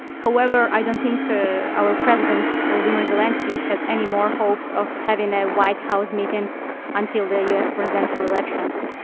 however, i don't think ah our president volodymyr zelensky, has any more hopes of having a white house meeting until the us presidential elections.